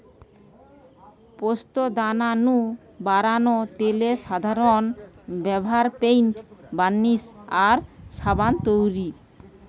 পোস্তদানা নু বারানা তেলের সাধারন ব্যভার পেইন্ট, বার্নিশ আর সাবান তৈরিরে